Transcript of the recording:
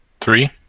Three